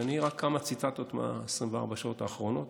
ואני אביא רק כמה ציטטות מ-24 השעות האחרונות.